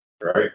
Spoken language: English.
Right